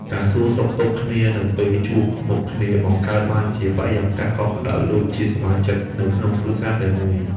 ការសួរសុខទុក្ខគ្នានៅពេលជួបមុខគ្នាបង្កើតបានជាបរិយាកាសកក់ក្ដៅដូចជាសមាជិកនៅក្នុងគ្រួសារតែមួយ។